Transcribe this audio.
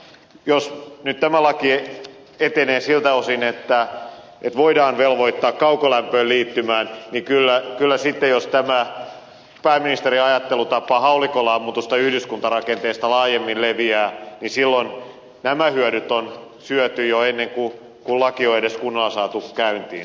jos nyt tämä laki etenee siltä osin että voidaan velvoittaa kaukolämpöön liittymään niin kyllä sitten jos tämä pääministerin ajattelutapa haulikolla ammutusta yhdyskuntarakenteesta laajemmin leviää nämä hyödyt on syöty jo ennen kuin laki on edes kunnolla saatu käyntiin